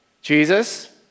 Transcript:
Jesus